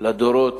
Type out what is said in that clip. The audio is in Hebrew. לדורות